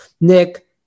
Nick